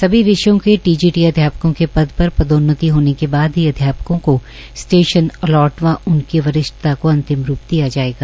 सभी विषयों के टीजीटी अध्यापकों के पद पर पदोन्नति होने के बाद ही उक्त अध्यापकों को स्टेशन अलॉट व इनकी वरिष्ठांता को अंतिम रूप दिया जाएगा